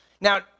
Now